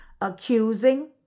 accusing